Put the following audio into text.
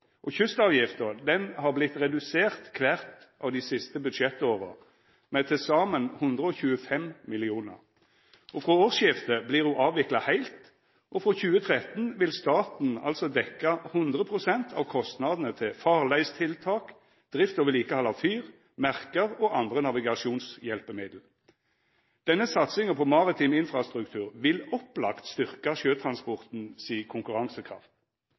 kr. Kystavgifta har vorte redusert kvart av dei siste budsjettåra med til saman 125 mill. kr. Frå årsskiftet vert ho avvikla heilt, og frå 2013 vil staten dekkja 100 pst. av kostnadene til farleitiltak, drift og vedlikehald av fyr, merke og andre navigasjonshjelpemiddel. Denne satsinga på maritim infrastruktur vil opplagt styrkja sjøtransporten si konkurransekraft.